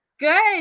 Good